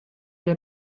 der